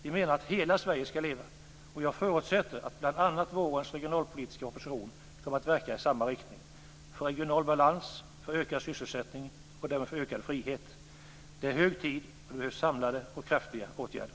Vi menar att hela Sverige skall leva, och jag förutsätter att bl.a. vårens regionalpolitiska proposition kommer att verka i samma riktning - för regional balans, för ökad sysselsättning och därmed för ökad frihet. Det är hög tid, och det behövs samlade och kraftiga åtgärder.